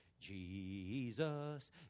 Jesus